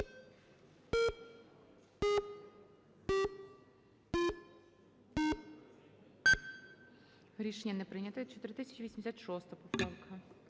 Рішення не прийнято. 4086 поправка.